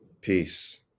Peace